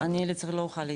אני לצערי לא אוכל להתייחס.